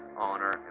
honor